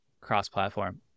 cross-platform